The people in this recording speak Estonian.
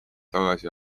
tagasi